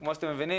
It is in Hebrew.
כמו שאתם מבינים,